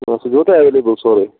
آ سُہ چھُوا تۅہہِ ایوٚیلیبٕل سورُے